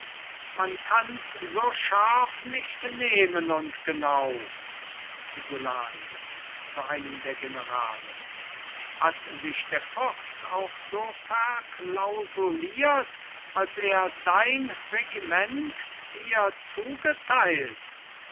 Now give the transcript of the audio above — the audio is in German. man kanns so scharf nicht nehmen und genau isolani zu einem der generale hat sich der fürst auch so verklausuliert als er dein regiment dir zugeteilt